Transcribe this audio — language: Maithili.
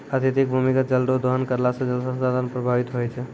अत्यधिक भूमिगत जल रो दोहन करला से जल संसाधन प्रभावित होय छै